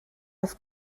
oedd